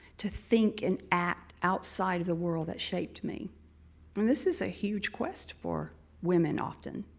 to think and act outside of the world that shaped me. and this is a huge quest for women often,